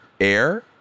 air